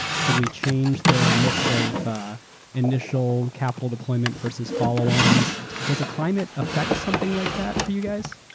should we change the mix of initial capital deployment versus follow ons? does a climate affect something like that for you guys?